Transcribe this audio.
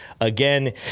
Again